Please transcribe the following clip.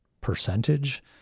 percentage